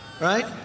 right